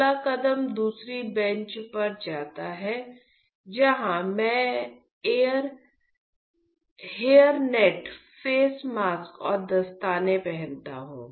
अगला कदम दूसरी बेंच पर जाता है जहां मैं हेयरनेट फेस मास्क और दस्ताने पहनता हूं